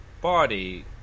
body